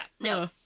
No